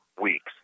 weeks